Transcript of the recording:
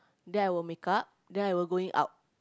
then I will makeup then I will going out